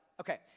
Okay